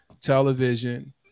television